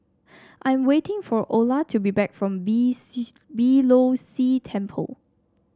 I'm waiting for Ola to be back from Beeh Low See Temple